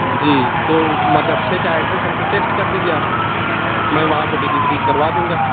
جی تو مدرسے کا ایڈریس ہم کو ٹیکسٹ کر دیجیے آپ میں وہاں پر ڈلیوری کروا دوں گا